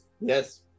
yes